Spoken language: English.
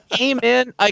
Amen